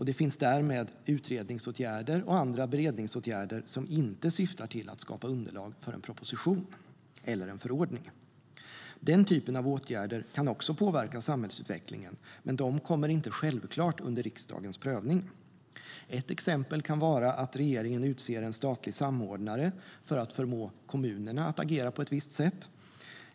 Det finns därmed utredningsåtgärder och andra beredningsåtgärder som inte syftar till att skapa underlag för en proposition eller en förordning. Åtgärder av den typen kan också påverka samhällsutvecklingen, men de kommer inte självklart under riksdagens prövning. Ett exempel kan vara att regeringen utser en statlig samordnare för att förmå kommunerna att agera på ett visst sätt.